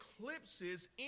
eclipses